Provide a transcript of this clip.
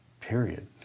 period